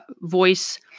voice